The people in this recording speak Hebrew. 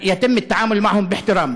שיתייחסו אליהם בכבוד.